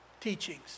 teachings